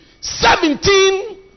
Seventeen